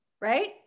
Right